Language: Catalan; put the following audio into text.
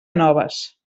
noves